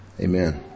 Amen